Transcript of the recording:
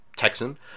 Texan